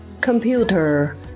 Computer